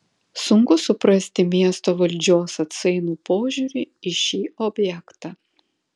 sunku suprasti miesto valdžios atsainų požiūrį į šį objektą